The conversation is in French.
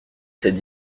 cette